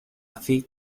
buffy